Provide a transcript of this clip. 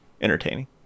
entertaining